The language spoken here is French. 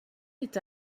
est